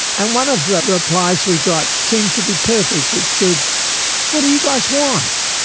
and one of the replies we got seemed to be perfect, it said what do you guys want?